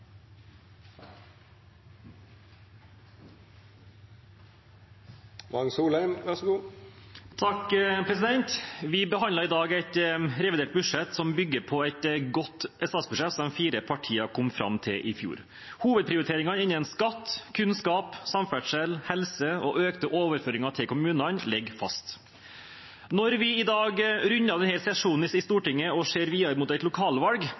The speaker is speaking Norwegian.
Vi behandler i dag et revidert budsjett som bygger på et godt statsbudsjett som de fire partiene kom fram til i fjor. Hovedprioriteringene innen skatt, kunnskap, samferdsel, helse og økte overføringer til kommunene ligger fast. Når vi i dag runder av denne sesjonen i Stortinget og ser videre mot et lokalvalg,